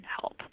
help